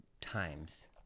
times